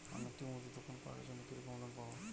আমি একটি মুদির দোকান করার জন্য কি রকম লোন পাব?